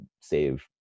save